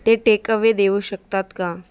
ते टेकअवे देऊ शकतात का